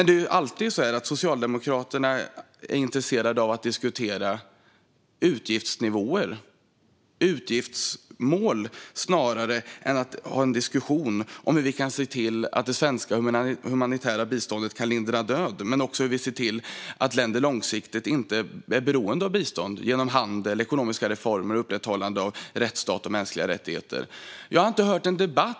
Det är ju alltid så att man från Socialdemokraterna är intresserad av att diskutera utgiftsnivåer och utgiftsmål snarare än att ha en diskussion om hur vi kan se till att det svenska humanitära biståndet kan minska död och hur vi genom handel, ekonomiska reformer och upprätthållande av rättsstat och mänskliga rättigheter kan se till att länder långsiktigt inte är beroende av bistånd.